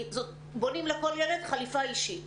בונים לכל ילד חליפה אישית,